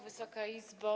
Wysoka Izbo!